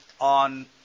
on